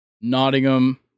Nottingham